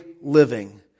living